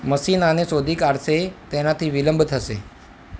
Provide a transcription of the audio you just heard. machine આને શોધી કાઢશે તેનાથી વિલંબ થશે